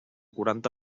quaranta